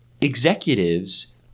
executives